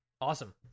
Awesome